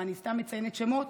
ואני סתם מציינת שמות,